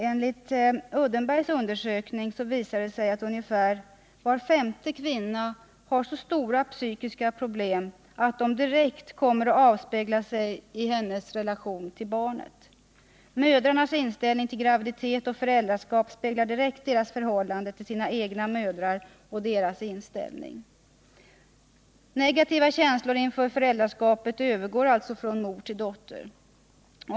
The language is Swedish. Enligt Uddenbergs undersökning visar det sig att ungefär var femte kvinna har så stora psykiska problem att de direkt kommer att avspegla sig i hennes relation till barnet. Mödrarnas inställning till graviditet och föräldraskap speglar direkt deras förhållande till sina egna mödrar och dessas inställning. Negativa känslor inför föräldraskapet övergår alltså från mor till dotter.